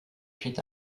huit